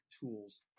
tools